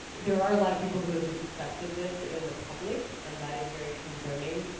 there are a lot of people who have just accepted this in the public. and that is very concerning.